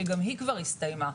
שגם היא כבר הסתיימה.